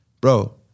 bro